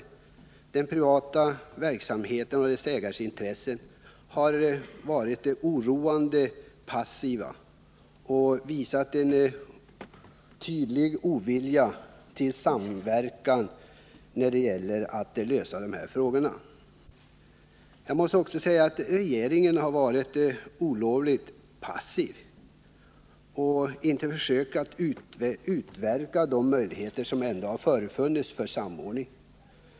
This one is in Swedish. Inom den privata företagsverksamheten med dess ägarintressen har man varit oroande passiv och visat en tydlig ovilja till samverkan för att lösa problemen. Jag måste också säga att regeringen har varit olovligt passiv och inte försökt att ta fasta på de möjligheter som ändå förefunnits för samordning.